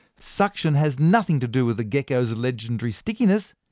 suction has nothing to do with the gecko's legendary stickiness,